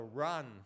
run